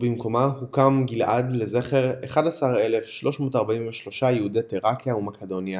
ובמקומה הוקם גלעד לזכר 11,343 יהודי תראקיה ומקדוניה